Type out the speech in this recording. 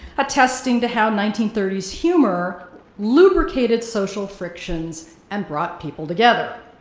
attesting to how nineteen thirty s humor lubricated social frictions, and brought people together.